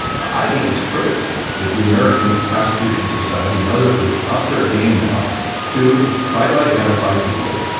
i think it's critical that the american constitution society and other groups up their game now to try to identify people.